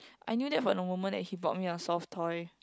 I knew that for the moment that he bought me a soft toy